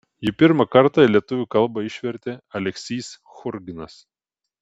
jį pirmą kartą į lietuvių kalbą išvertė aleksys churginas